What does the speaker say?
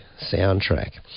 soundtrack